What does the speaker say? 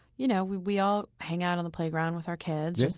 you know, we we all hang out on the playground with our kids,